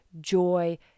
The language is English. joy